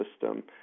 system